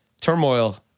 turmoil